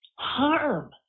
harm